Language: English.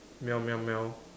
meow meow meow